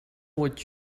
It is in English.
what